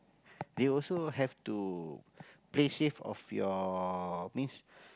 they also have to play safe of your means